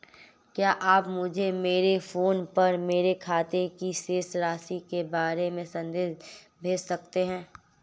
क्या आप मुझे मेरे फ़ोन पर मेरे खाते की शेष राशि के बारे में संदेश भेज सकते हैं?